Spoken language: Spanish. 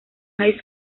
high